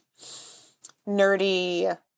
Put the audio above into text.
nerdy